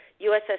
USS